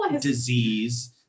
disease